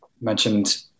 mentioned